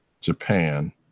Japan